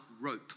rope